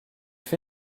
fut